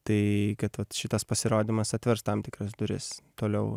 tai kad vat šitas pasirodymas atvers tam tikras duris toliau